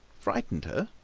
frightened her!